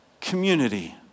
community